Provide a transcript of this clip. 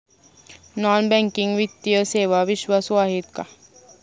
Non banking वित्तीय सेवा विश्वासू आहेत का?